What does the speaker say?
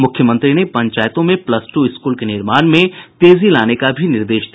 मुख्यमंत्री ने पंचायतों में प्लस टू स्कूल के निर्माण में तेजी लाने का भी निर्देश दिया